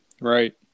Right